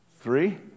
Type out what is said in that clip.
Three